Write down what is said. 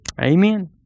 Amen